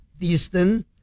distance